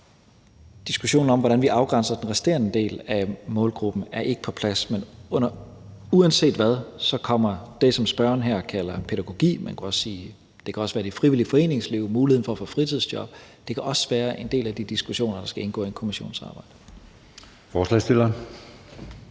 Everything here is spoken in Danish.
Diskussionen om, hvordan vi afgrænser den resterende del af målgruppen, er ikke på plads. Men uanset hvad, kommer det, som spørgeren her kalder pædagogik, til at indgå, og det kan også være det frivillige foreningsliv og muligheden for at få et fritidsjob, der kan være en del af de diskussioner, der skal indgå i en kommissions arbejde. Kl. 20:10 Anden